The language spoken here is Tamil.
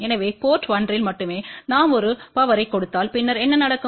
எனவே போர்ட் 1 இல் மட்டுமே நாம் ஒரு பவர்யைக் கொடுத்தால் பின்னர் என்ன நடக்கும்